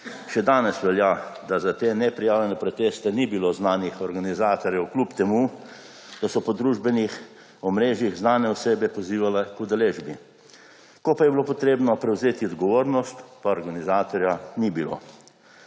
Še danes velja, da za te neprijavljene proteste ni bilo znanih organizatorjev, kljub temu da so po družbenih omrežjih znane osebe pozivale k udeležbi. Ko pa je bilo potrebno prevzeti odgovornost, pa organizatorja ni bilo.